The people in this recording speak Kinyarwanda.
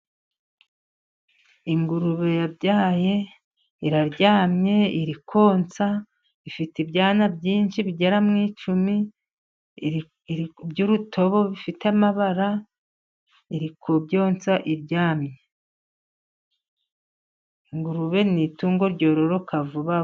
Ingurube yabyaye, iraryamye iri konsa, ifite ibyana byinshi bigera mu icumi, iri kurya ibitobo bifite amabara, iri kubyonsa iryamye. Ingurube ni itungo ryororoka vuba.